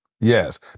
yes